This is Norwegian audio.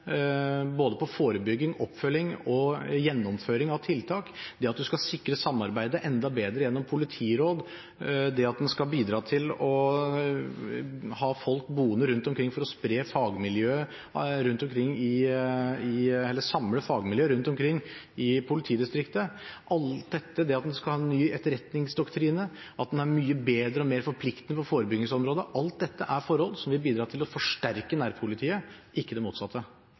på både forebygging, oppfølging og gjennomføring av tiltak, at man skal sikre samarbeidet enda bedre gjennom politiråd, at man skal bidra til at folk kan bli boende rundt omkring i landet for å samle fagmiljøer i politidistriktene, og at man skal ha en ny etterretningsdoktrine, som er mye bedre og forpliktende på forebyggingsområdet. Alt dette er forhold som vil bidra til å forsterke nærpolitiet – ikke det motsatte.